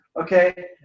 Okay